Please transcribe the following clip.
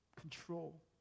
control